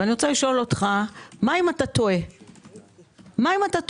מה אם אתה טועה?